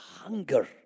Hunger